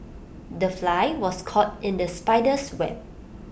the fly was caught in the spider's web